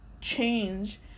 change